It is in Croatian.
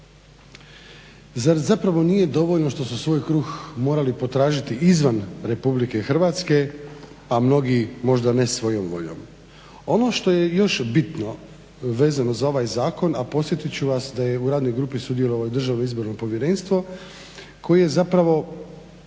Zar zapravo nije dovoljno što su svoj kruh morali potražiti izvan RH, a mnogi možda ne svojom voljom? Ono što je još bitno vezano za ovaj zakon, a podsjetit ću vas da je u radnoj grupi sudjelovalo i Državno izborno povjerenstvo koje zapravo